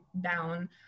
down